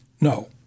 No